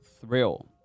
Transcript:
thrill